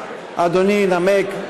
אדוני, נמק.